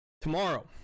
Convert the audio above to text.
Tomorrow